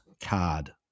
card